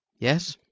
yes!